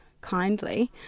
kindly